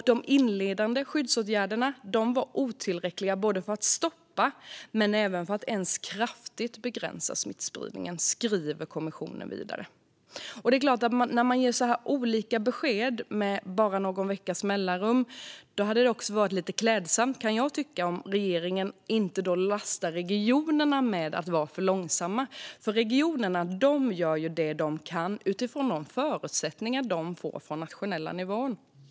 De inledande skyddsåtgärderna var otillräckliga både för att stoppa och för att kraftigt begränsa smittspridningen i landet, skriver kommissionen vidare. När man ger så olika besked med bara någon veckas mellanrum kan jag tycka att det hade varit lite klädsamt av regeringen att inte lasta regionerna för att vara långsamma. Regionerna gör nämligen det de kan utifrån de förutsättningar de får från den nationella nivån.